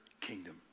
kingdom